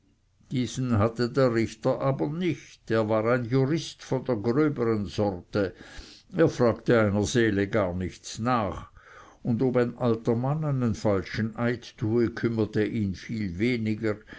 diesen hatte der richter aber nicht er war ein jurist von der gröbern sorte er fragte einer seele gar nichts nach und ob ein alter mann einen falschen eid tue kümmerte ihn viel weniger